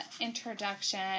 introduction